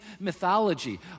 mythology